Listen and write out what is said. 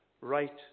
right